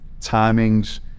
timings